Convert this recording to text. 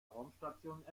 raumstation